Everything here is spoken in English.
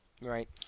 Right